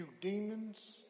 demons